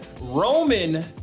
Roman